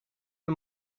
een